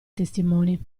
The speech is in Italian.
testimoni